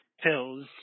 pills